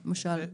למשל.